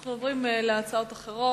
אנו עוברים להצעות אחרות.